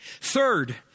Third